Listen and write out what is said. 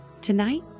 Tonight